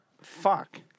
Fuck